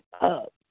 up